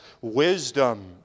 wisdom